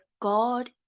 God